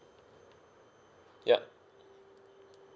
yup